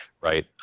right